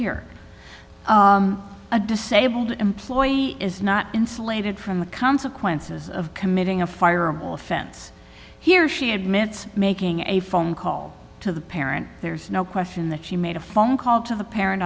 here a disabled employee is not insulated from the consequences of committing a fireable offense he or she admits making a phone call to the parent there is no question that she made a phone call to the parent